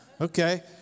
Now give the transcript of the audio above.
Okay